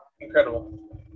incredible